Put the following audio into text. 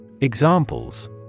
Examples